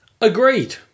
Agreed